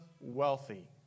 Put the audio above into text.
wealthy